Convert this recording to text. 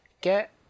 get